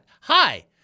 Hi